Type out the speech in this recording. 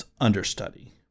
Understudy